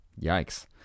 Yikes